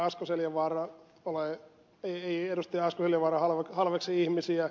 asko seljavaara halveksi ihmisiä